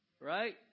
right